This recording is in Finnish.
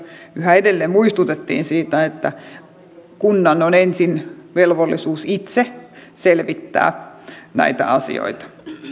yhä edelleen muistutettiin siitä että kunnalla on ensin velvollisuus itse selvittää näitä asioita